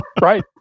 Right